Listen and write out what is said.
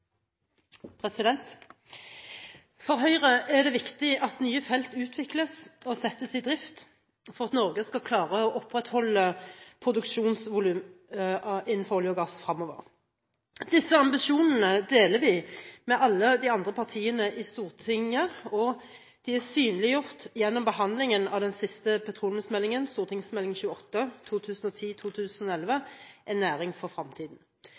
settes i drift for at Norge skal klare å opprettholde produksjonsvolumet innenfor olje og gass fremover. Disse ambisjonene deler vi med alle de andre partiene i Stortinget, og de er synliggjort gjennom behandlingen av den siste petroleumsmeldingen, Meld. St. 28 for 2010–2011 «En næring for